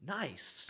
nice